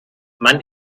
man